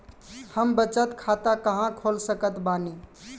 हम बचत खाता कहां खोल सकत बानी?